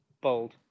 Bold